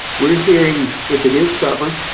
we're hearing, if it is covered,